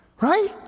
Right